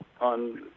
on